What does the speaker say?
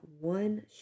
one